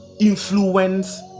influence